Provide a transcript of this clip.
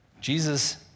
Jesus